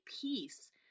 peace